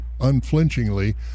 unflinchingly